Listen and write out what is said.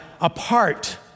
apart